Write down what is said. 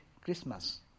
Christmas